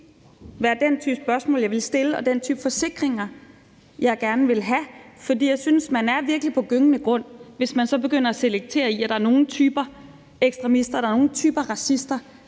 være den type spørgsmål, jeg ville stille, og den type forsikringer, jeg gerne ville have. For jeg synes, at man virkelig er på gyngende grund, hvis man begynder at være selektiv, i forhold til at der er nogle typer ekstremister og nogle typer racister,